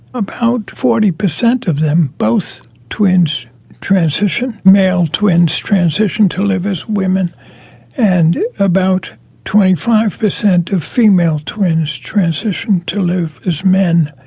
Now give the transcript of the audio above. about forty percent of them both twins transition male twins transition to live as women and about twenty five percent of female twins transition to live as men.